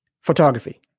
Photography